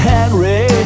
Henry